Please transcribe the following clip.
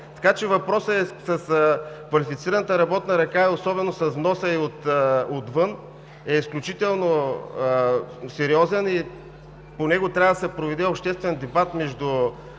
Така че въпросът с квалифицираната работна ръка и особено с вноса ѝ отвън е изключително сериозен и по него трябва да се проведе обществен дебат в